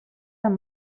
sant